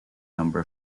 number